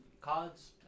cards